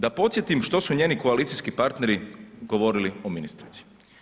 Da podsjetim što su njeni koalicijski partneri govorili o ministrici.